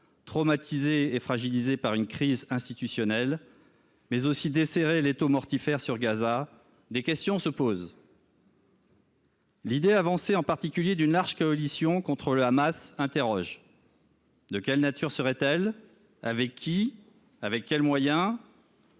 traumatisée et fragilisée par une crise institutionnelle, mais aussi desserrer l’étau mortifère sur Gaza, des questions se posent. En particulier, l’idée d’une large coalition contre le Hamas interroge. De quelle nature serait elle ? Avec qui ? Avec quels moyens ?